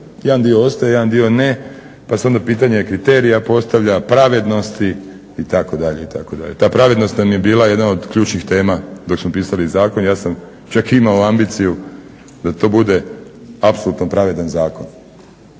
jedan dio ostaje, jedan dio ne pa se onda pitanje kriterija postavlja, pravednosti itd. itd. Ta pravednost nam je bila jedna od ključnih tema dok smo pisali zakon, ja sam čak imao ambiciju da to bude apsolutno pravedan zakon,